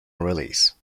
release